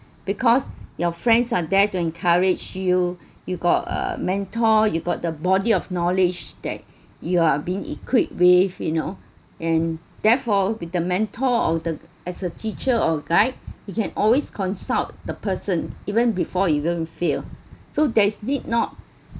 because your friends are there to encourage you you got uh mentor you got the body of knowledge that you are being equipped with you know and therefore with the mentor of the as a teacher or guide you can always consult the person even before you even feel so there is need not